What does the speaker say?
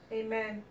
amen